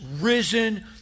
risen